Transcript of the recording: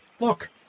Look